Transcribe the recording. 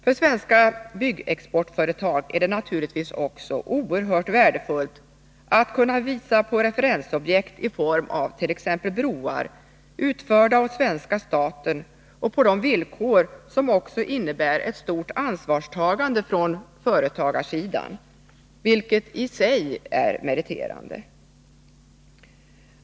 För svenska byggexportföretag är det naturligtvis också oerhört värdefullt att kunna visa på referensobjekt i form av t.ex. broar, utförda åt svenska staten på villkor som också innebär ett stort ansvarstagande från företagarsidan, vilket i sig är meriterande.